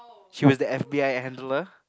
she was the f_b_i handler